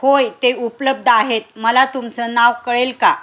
होय ते उपलब्ध आहेत मला तुमचं नाव कळेल का